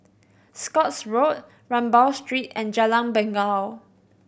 Scotts Road Rambau Street and Jalan Bangau